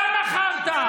אתה מכרת.